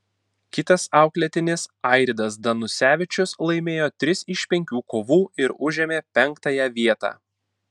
kitas auklėtinis airidas danusevičius laimėjo tris iš penkių kovų ir užėmė penktąją vietą